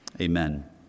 Amen